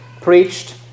preached